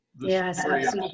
Yes